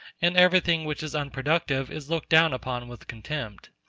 and everything which is unproductive is looked down upon with contempt.